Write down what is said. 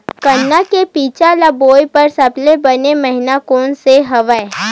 गन्ना के बीज ल बोय बर सबले बने महिना कोन से हवय?